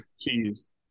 cheese